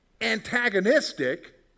antagonistic